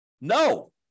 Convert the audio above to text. No